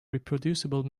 reproducible